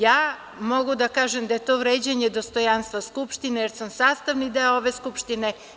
Ja mogu da kažem da je to vređanje dostojanstva Skupštine, jer sam sastavni deo ove Skupštine.